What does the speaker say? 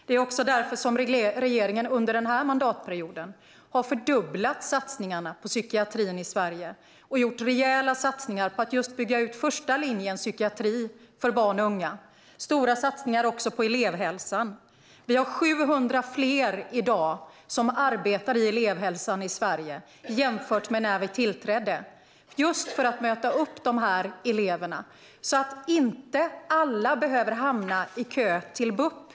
Det är därför som regeringen under denna mandatperiod har fördubblat satsningarna på psykiatrin i Sverige och gjort rejäla satsningar på att just bygga ut första linjens psykiatri för barn och unga och också gjort stora satsningar på elevhälsan. Vi har i dag 700 fler som arbetar i elevhälsan i Sverige jämfört med när vi tillträdde just för att möta upp dessa elever, så att inte alla behöver hamna i kö till BUP.